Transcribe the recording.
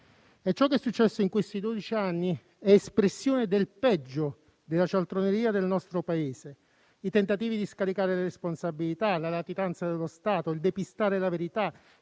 Ciò che è successo in questi dodici anni è espressione del peggio della cialtroneria del nostro Paese: i tentativi di scaricare le responsabilità, la latitanza dello Stato, il depistare la verità,